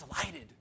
delighted